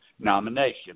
nomination